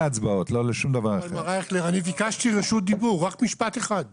הרב אייכלר, אני ביקשתי רשות דיבור, רק משפט אחד.